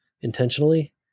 intentionally